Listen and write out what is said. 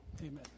amen